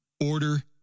order